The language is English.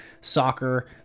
soccer